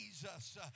Jesus